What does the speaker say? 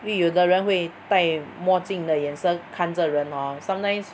因为有的人会戴墨镜的眼神看着人 orh sometimes